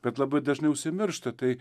bet labai dažnai užsimiršta tai